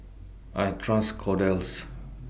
I Trust Kordel's